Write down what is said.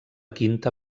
quinta